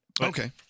Okay